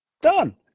done